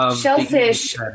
Shellfish